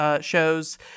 shows